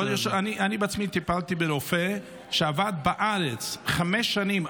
אני בעצמי טיפלתי ברופא שעבד בארץ חמש שנים,